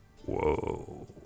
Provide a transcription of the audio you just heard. whoa